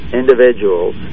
individuals